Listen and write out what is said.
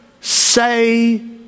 say